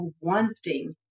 wanting